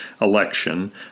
election